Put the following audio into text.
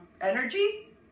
energy